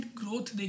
growth